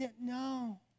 no